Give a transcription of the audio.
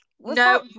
No